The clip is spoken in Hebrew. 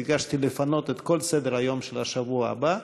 ביקשתי לפנות את כל סדר-היום של השבוע הבא,